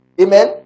Amen